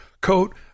coat